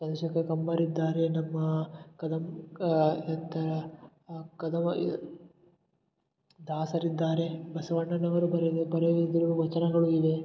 ಚಂದ್ರಶೇಖರ ಕಂಬಾರ ಇದ್ದಾರೆ ನಮ್ಮ ಕದಮ್ ಕಾ ಥರ ಆ ಕದಮ ಇದ್ ದಾಸರಿದ್ದಾರೆ ಬಸವಣ್ಣನವರು ಬರೆದ ಬರೆದಿರುವ ವಚನಗಳು ಇವೆ